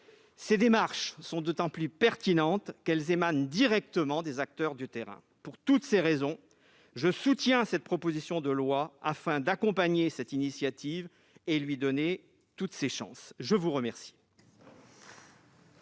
Ces démarches sont d'autant plus pertinentes qu'elles émanent directement des acteurs de terrain. Pour toutes ces raisons, je soutiens cette proposition de loi afin d'accompagner cette initiative et de lui donner toutes ses chances. L'amendement